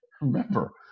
remember